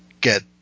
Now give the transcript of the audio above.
get